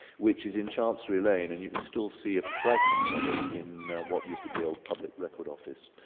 which is in chancery lane, and you can still see a fragment of it in what used to be old public record office.